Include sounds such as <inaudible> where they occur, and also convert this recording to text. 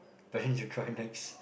<breath> punch the core nuts